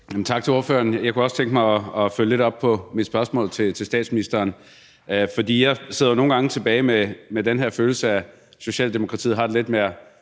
Tak til ordføreren. Jeg kunne også tænke mig at følge lidt op på mit spørgsmål til statsministeren, for jeg sidder nogle gange tilbage med den her følelse af, at Socialdemokratiet har det lidt med